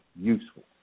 useful